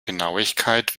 genauigkeit